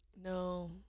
no